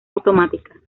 automática